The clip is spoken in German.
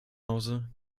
hause